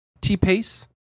T-Pace